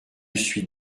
suis